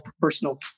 personal